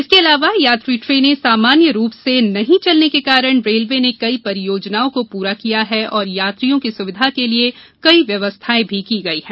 इसके अलावा यात्री ट्रेनें सामान्य रूप से नहीं चलने के कारण रेलवे ने कई परियोजनाओं को पूरा किया है और यात्रियों की सुविधा के लिए कई व्यवस्था भी की है